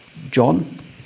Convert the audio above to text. John